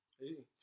Easy